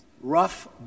rough